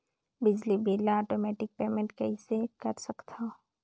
बिजली बिल ल automatic payment कइसे कर सकथव?